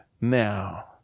now